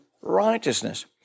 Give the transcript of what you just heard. righteousness